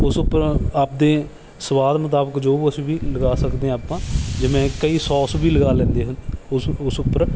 ਉਸ ਉੱਪਰ ਆਪਣੇ ਸਵਾਦ ਮੁਤਾਬਿਕ ਜੋ ਕੁਛ ਵੀ ਲਗਾ ਸਕਦੇ ਹਾਂ ਆਪਾਂ ਜਿਵੇਂ ਕਈ ਸੋਸ ਵੀ ਲਗਾ ਲੈਂਦੇ ਹਨ ਉਸ ਉਸ ਉੱਪਰ